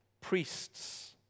priests